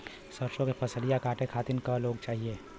सरसो के फसलिया कांटे खातिन क लोग चाहिए?